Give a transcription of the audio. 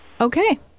Okay